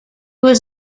was